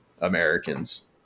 Americans